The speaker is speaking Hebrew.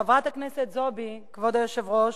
חברת הכנסת זועבי, כבוד היושב-ראש,